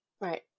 Right